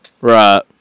Right